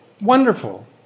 wonderful